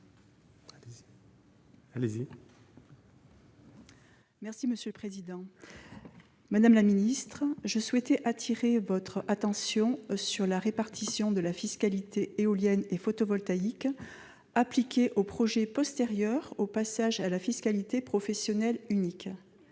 et solidaire. Madame la secrétaire d'État, je souhaitais attirer votre attention sur la répartition de la fiscalité éolienne et photovoltaïque appliquée aux projets postérieurs au passage à la fiscalité professionnelle unique,